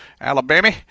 Alabama